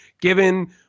given